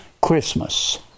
Christmas